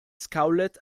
scowled